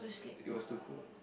it was too cold